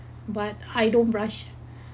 but I don't blush